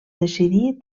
decidí